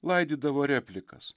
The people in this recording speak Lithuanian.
laidydavo replikas